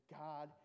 god